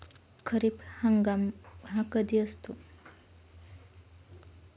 खरीप हंगाम हा कधी असतो?